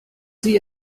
sie